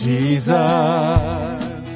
Jesus